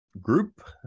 group